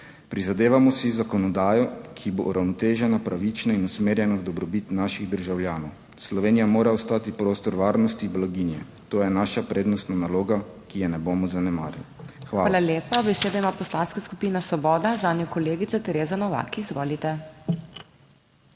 Prizadevamo si zakonodajo, ki bo uravnotežena, pravična in usmerjena v dobrobit naših državljanov. Slovenija mora ostati prostor varnosti in blaginje, to je naša prednostna naloga, ki je ne bomo zanemarili. PODPREDSEDNICA MAG. MEIRA HOT: Hvala lepa. Besedo ima Poslanska skupina Svoboda, zanjo kolegica Tereza Novak, izvolite.